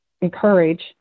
encourage